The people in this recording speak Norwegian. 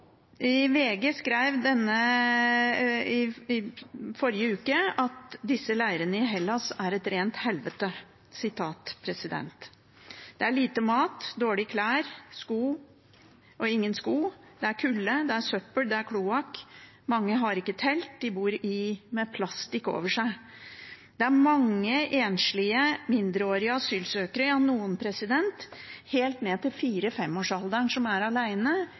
VG skrev i forrige uke at disse leirene i Hellas er et rent «helvete». Det er lite mat, dårlige klær og ingen sko. Det er kulde, det er søppel, det er kloakk. Mange har ikke telt. De bor med plast over seg. Det er mange enslige mindreårige asylsøkere – ja, noen helt ned til 4–5 årsalderen – som er